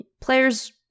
players